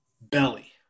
Belly